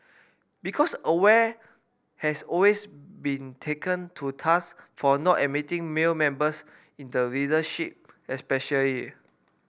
because Aware has always been taken to task for not admitting male members in the leadership especially